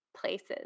places